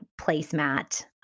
placemat